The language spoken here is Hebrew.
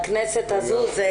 אורבך,